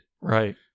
Right